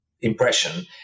impression